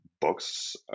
books